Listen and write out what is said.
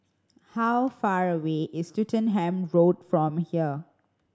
how far away is Swettenham Road from here